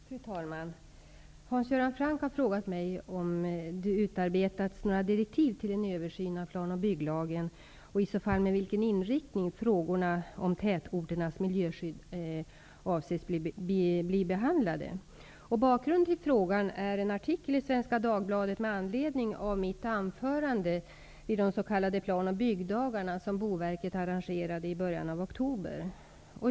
Fru talman! Hans Göran Franck har frågat mig om det utarbetas några direktiv till en översyn av planoch bygglagen och i så fall med vilken inriktning frågorna om tätorternas miljöskydd avses bli behandlade. Bakgrunden till frågan är en artikel i Svenska Dagbladet med anledning av mitt anförande vid de s.k. Plan och byggdagarna som Boverket arrangerade i början av oktober.